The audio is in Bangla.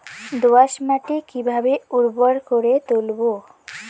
দোয়াস মাটি কিভাবে উর্বর করে তুলবো?